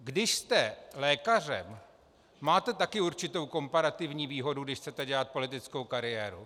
Když jste lékařem, máte také určitou komparativní výhodu, když chcete dělat politickou kariéru.